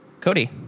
Cody